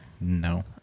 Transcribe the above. No